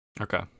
Okay